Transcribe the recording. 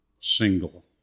single